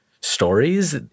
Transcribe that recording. stories